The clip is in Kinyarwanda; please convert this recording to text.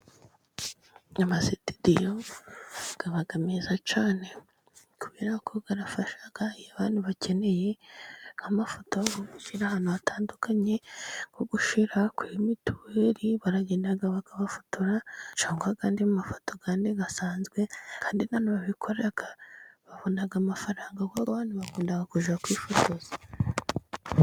Amasitidiyo aba meza cyane, kubera ko arafasha iyo abantu bakeneye amafoto yo gushyira ahantu hatandukanye nko gushira kuri mituweri, baragenda bakabafotora, cyangwa n'andi mafoto yandi asanzwe, kandi abantu babikora, babona amafaranga kuko abantu bakunda kujya kwifotoza.